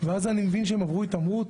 מבין שהם עברו התעמרות,